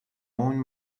own